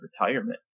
retirement